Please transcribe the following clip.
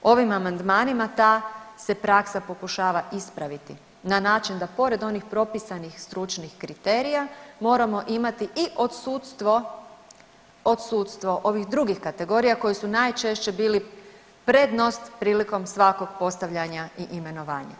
Ovim amandmanima ta se praksa pokušava ispraviti na način da pored onih propisanih stručnih kriterija moramo imati i odsustvo, odsustvo ovih drugih kategorija koji su najčešće bili prednost prilikom svakog postavljanja i imenovanja.